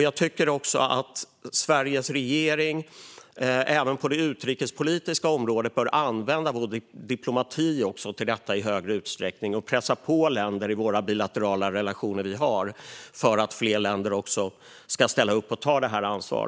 Jag tycker också att Sveriges regering på det utrikespolitiska området bör använda diplomati i större utsträckning och pressa på länder som vi har bilaterala relationer med för att fler länder ska ställa upp och ta ansvar.